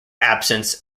absence